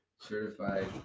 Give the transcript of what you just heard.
certified